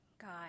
God